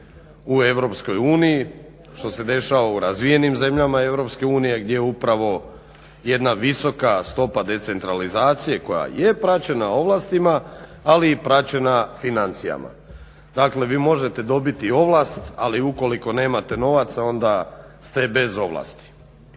u EU što se dešava u razvijenim zemljama EU gdje upravo jedna visoka stopa decentralizacije koja je praćena ovlastima ali i praćena financijama. Dakle vi možete dobiti ovlast ali ukoliko nemate novaca onda ste bez ovlasti.